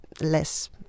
less